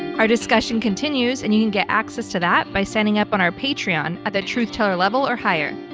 our discussion continues and you can get access to that by signing up on our patreon at the truth teller level or higher.